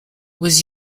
was